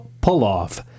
pull-off